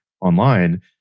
online